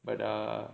but err